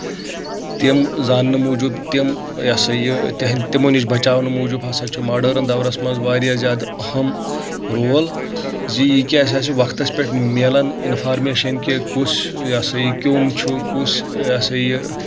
تِم زاننہٕ موٗجوٗب تِم یہِ سا یہِ تہنٛد تِمو نِش بَچاونہٕ موٗجوٗب ہسا چھُ موڈٲرٕن دورَس منٛز واریاہ زیادٕ اہم رول زِ یہِ کہِ اَسہِ ہَسا چھِ وقتَس پؠٹھ مِلان اِنفارمیشَن کہِ کُس یہِ ہَسا یہِ کیوٚم چھُ کُس یہِ ہَسا یہِ